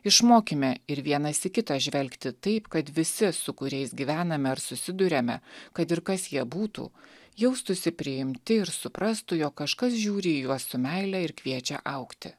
išmokime ir vienas į kitą žvelgti taip kad visi su kuriais gyvename ar susiduriame kad ir kas jie būtų jaustųsi priimti ir suprastų jog kažkas žiūri į juos su meile ir kviečia augti